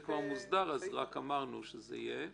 זה כבר מוסדר, אז רק אמרנו שזה יהיה.